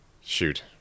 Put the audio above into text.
shoot